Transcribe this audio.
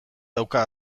dauka